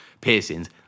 piercings